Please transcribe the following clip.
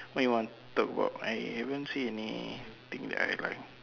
what you wanted talk about I haven't see anything that I write